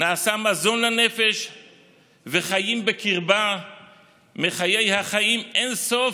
נעשה מזון לנפש וחיים בקרבה מחיי החיים אין סוף,